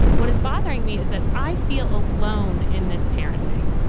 what is bothering me is that i feel alone in this parenting.